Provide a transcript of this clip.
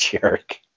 jerk